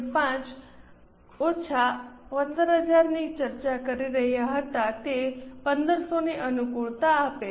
5 ઓછા 15000 ની ચર્ચા કરી રહ્યાં હતાં તે 1500 ની અનુકૂળતા આપે છે